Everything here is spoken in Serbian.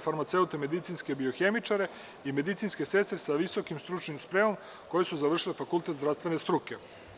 farmaceute, medicinske biohemičare i medicinske sestre sa visokom stručnom spremom koje su završile fakultet zdravstvene struke.